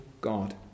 God